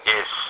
Yes